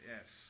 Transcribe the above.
Yes